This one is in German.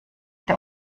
der